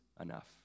enough